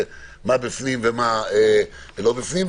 מה בפנים ומה לא בפנים,